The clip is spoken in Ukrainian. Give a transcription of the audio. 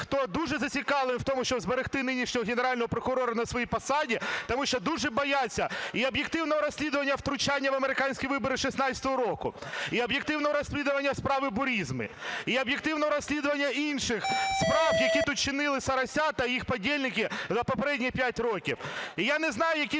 хто дуже зацікавлений в тому, щоб зберегти нинішнього Генерального прокурора на своїй посаді, тому що дуже бояться і об'єктивного розслідування втручання в американські вибори 16-го року, і об'єктивного розслідування "справи "Бурісми", і об'єктивного розслідування інших справ, які тут чинили "соросята" і їх подельники за попередні 5 років. І я не знаю, який